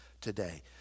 today